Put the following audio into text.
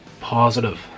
positive